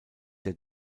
der